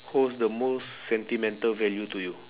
holds the most sentimental value to you